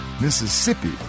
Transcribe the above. Mississippi